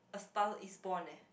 a Star Is Born eh